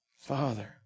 Father